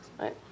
right